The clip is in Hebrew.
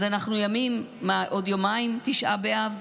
אז אנחנו, מה, עוד יומיים תשעה באב,